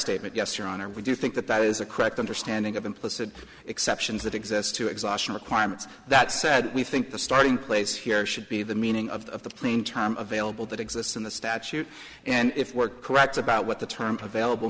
statement yes your honor we do think that that is a correct understanding of implicit exceptions that exist to exhaustion requirements that said we think the starting place here should be the meaning of the playing time available that exists in the statute and if we're correct about what the term available